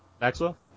Maxwell